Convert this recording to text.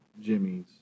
Jimmy's